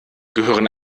gehören